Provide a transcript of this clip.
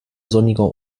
sonniger